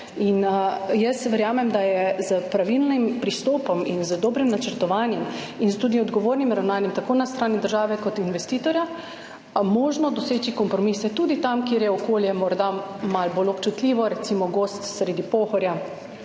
In jaz verjamem, da je s pravilnim pristopom in z dobrim načrtovanjem in tudi odgovornim ravnanjem tako na strani države kot investitorja možno doseči kompromise tudi tam, kjer je okolje morda malo bolj občutljivo, recimo gozd sredi Pohorja,